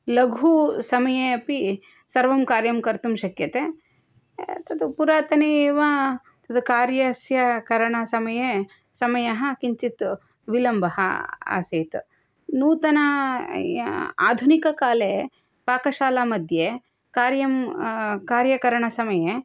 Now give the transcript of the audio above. लघुसमये अपि सर्वं कार्यं कर्तुं शक्यते एतत् पुरातनी एव तत् कार्यस्य करणसमये समयः किञ्चित् विलम्बः आसीत् नूतनं आधुनिककाले पाकशालामध्ये कार्यं कार्यकरणसमये